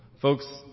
folks